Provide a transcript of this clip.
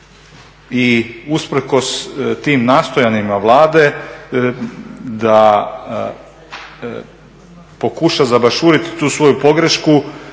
I usprkos tim nastojanjima Vlade da pokuša zabašuriti tu svoju pogrešku